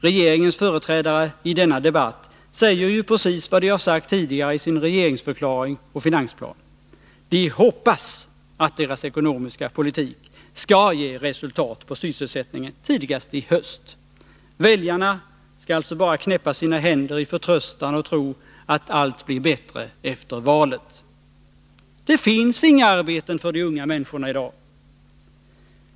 Regeringens företrädare i denna debatt säger ju precis vad de har sagt tidigare i regeringsförklaringen och i finansplanen: De hoppas att deras ekonomiska politik skall ge resultat på sysselsättningen tidigast i höst. Väljarna skall alltså bara knäppa sina händer i förtröstan, och tro att allt blir bättre efter valet. Det finns inga arbeten för de unga människorna i dag.